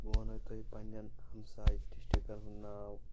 بہٕ ونہو تۄہہِ پننٮ۪ن ہمساے ڈسٹکَن ہُنٛد ناو